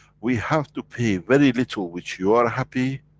we have to pay very little which you are happy,